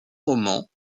romans